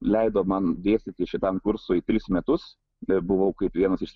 leido man dėstyti šitam kursui tris metus buvau kaip vienas iš